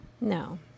no